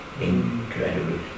incredible